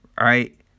Right